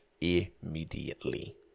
immediately